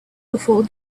before